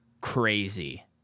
crazy